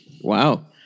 Wow